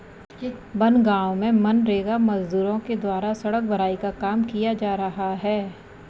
बनगाँव में मनरेगा मजदूरों के द्वारा सड़क भराई का काम किया जा रहा है